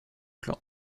clan